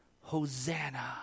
Hosanna